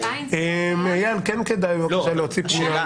כן כדאי להעביר.